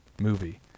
movie